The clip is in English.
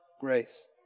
grace